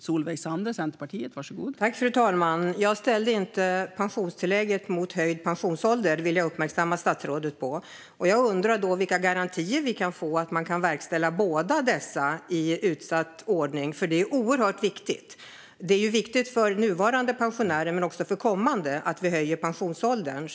Fru talman! Jag vill uppmärksamma statsrådet på att jag inte ställde pensionstillägget mot höjd pensionsålder. Jag undrar vilka garantier man kan få för att man kan verkställa båda dessa i utsatt ordning. Det är oerhört viktigt för nuvarande pensionärer och för kommande att vi höjer pensionsåldern.